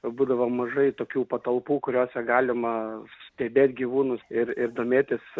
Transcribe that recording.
būdavo mažai tokių patalpų kuriose galima stebėt gyvūnus ir ir domėtis